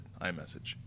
iMessage